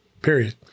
period